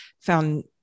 found